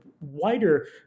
wider